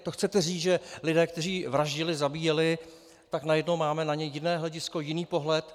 To chcete říct, že lidé, kteří vraždili, zabíjeli, tak na ně najednou máme jiné hledisko, jiný pohled?